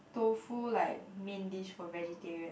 tofu like main dish for vegetarian